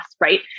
Right